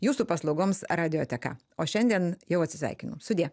jūsų paslaugoms radioteka o šiandien jau atsisveikinam sudie